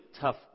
tough